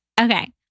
okay